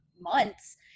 months